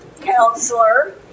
counselor